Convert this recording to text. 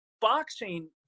boxing